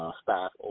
staff